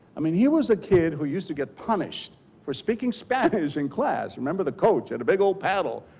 i mean here was a kid who used to get punished for speaking spanish in class. remember the coach had a big old paddle,